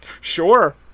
Sure